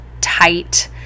tight